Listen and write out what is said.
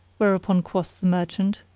whereupon quoth the merchant,